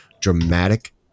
Dramatic